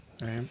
Right